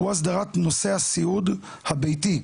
הוא הסדרת נושא הסיעוד הביתי,